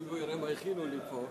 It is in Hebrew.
אם הוא יראה מה הכינו לי פה.